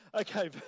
Okay